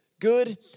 good